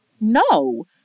no